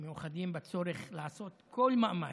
מאוחדים בצורך לעשות כל מאמץ,